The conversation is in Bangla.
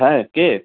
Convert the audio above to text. হ্যাঁ কে